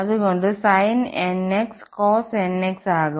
അതുകൊണ്ട് sinnx cosnx ആകും